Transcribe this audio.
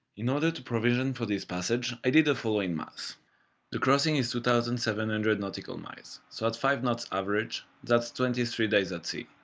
in order to provision for this passage i did the following math the crossing is two thousand seven hundred nautical miles so at five knots average that's twenty three days at sea.